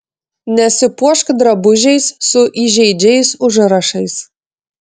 nesipuošk drabužiais su įžeidžiais užrašais